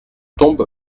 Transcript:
tombe